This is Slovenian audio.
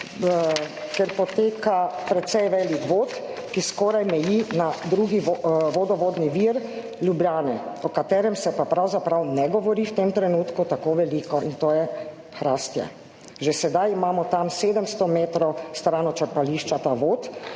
kjer poteka precej velik vod, ki skoraj meji na drugi vodovodni vir Ljubljane, o katerem se pa pravzaprav ne govori v tem trenutku tako veliko, in to je Hrastje. Že sedaj imamo tam 700 metrov stran od črpališča ta vod,